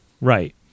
Right